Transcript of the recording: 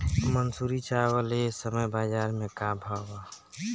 मंसूरी चावल एह समय बजार में का भाव बा?